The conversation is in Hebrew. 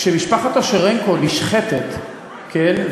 כשמשפחת אושרנקו נשחטת, כן?